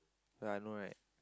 ya I know right